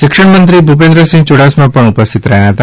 શિક્ષણમંત્રી ભૂપેન્દ્રસિંહ યૂડાસમા પણ ઉપસ્થિત રહ્યા હતા